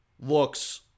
Looks